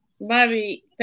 Bobby